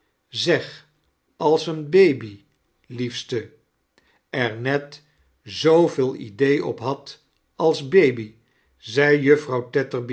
zeg als een baby liefste er net zooveel idee op had als baby zed juffrouw